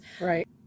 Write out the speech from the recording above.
Right